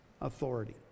Authority